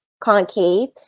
concave